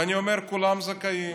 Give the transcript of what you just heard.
ואני אומר: כולם זכאים,